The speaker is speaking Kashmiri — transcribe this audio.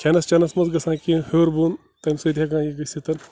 کھٮ۪نَس چٮ۪نَس منٛز گژھان کیٚنٛہہ ہیوٚر بۄن تَمہِ سۭتۍ ہٮ۪کان یہِ گٔژھٕتھ